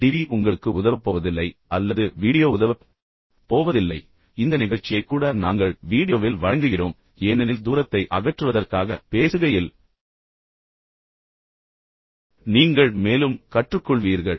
TV உங்களுக்கு உதவப் போவதில்லை அல்லது வீடியோவில் எதையும் பார்ப்பது உங்களுக்கு உதவப் போவதில்லை இந்த நிகழ்ச்சியை கூட நாங்கள் வீடியோவில் வழங்குகிறோம் ஏனெனில் தூரத்தை அகற்றுவதற்காக ஆனால் வெறுமனே பேசுகையில் நீங்கள் மேலும் கற்றுக்கொள்வீர்கள்